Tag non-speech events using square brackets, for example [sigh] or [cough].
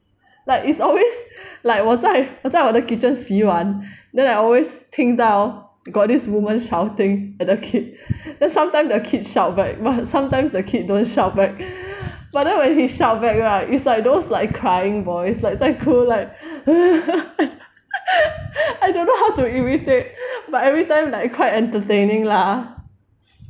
like it's always like 我在我在我的 kitchen 洗碗 then I always 听到 got this woman shouting at a kid then sometime the kid shout back but sometimes the kid don't shout back but then when he shout back right it's like those like crying voice like 在哭 like [noise] I don't know how to imitate but everytime like quite entertaining lah